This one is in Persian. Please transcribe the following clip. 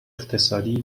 اقتصادی